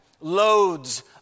loads